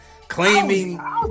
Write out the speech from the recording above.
Claiming